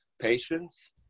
patients